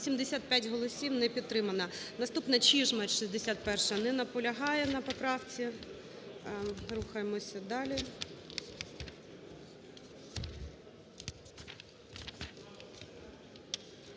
85 голосів, не підтримано. Наступна: Чижмарь, 61-а. Не наполягає на поправці. Рухаємося далі.